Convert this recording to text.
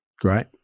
Great